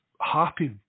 Happy